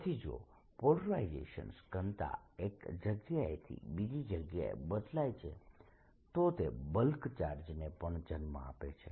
તેથી જો પોલરાઇઝેશન ઘનતા એક જગ્યાએથી બીજી જગ્યાએ બદલાય છે તો તે બલ્ક ચાર્જ ને પણ જન્મ આપે છે